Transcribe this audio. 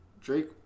Drake